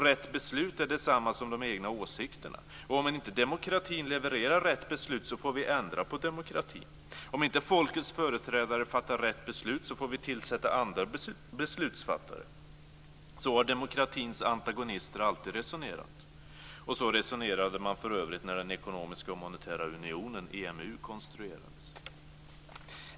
Rätt beslut är detsamma som de egna åsikterna. Om inte demokratin levererar rätt beslut får vi ändra på demokratin. Om inte folkets företrädare fattar rätt beslut får vi tillsätta andra beslutsfattare. Så har demokratins antagonister alltid resonerat, så resonerade man för övrigt när den ekonomiska och monetära unionen, EMU, konstruerades.